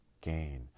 gain